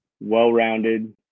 well-rounded